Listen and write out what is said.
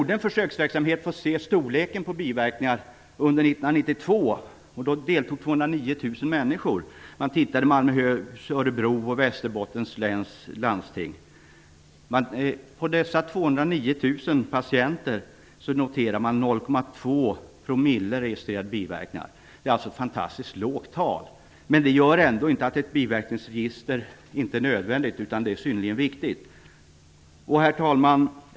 Det har varit otillfredsställande både ur patientsäkerhetssynpunkt och ur forskningssynpunkt. patienter registrerade biverkningar. Det är ett fantastiskt lågt tal, men detta innebär inte att ett biverkningsregister inte är nödvändigt. Det är synnerligen viktigt. Herr talman!